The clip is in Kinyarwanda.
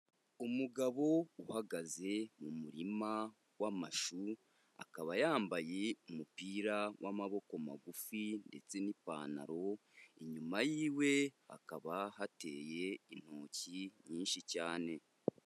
Umugabo uhagaze mu murima w'amashu akaba yambaye umupira w'amaboko magufi ndetse n'ipantaro, inyuma y'iwe hakaba hateye intoki nyinshi cyane.